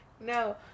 no